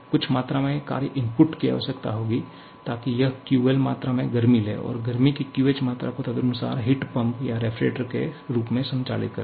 कुछ मात्रा में कार्य इनपुट की आवश्यकता होगी ताकि यह QL मात्रा में गर्मी ले और गर्मी की QH मात्रा को तदनुसार हिट पंप या रेफ्रिजरेटर के रूप में संचालित करे